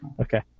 Okay